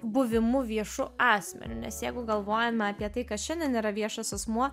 buvimu viešu asmeniu nes jeigu galvojam apie tai kas šiandien yra viešas asmuo